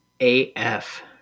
AF